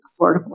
affordable